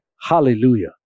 hallelujah